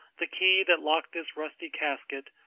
the key that locked this rusty casket,